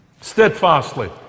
Steadfastly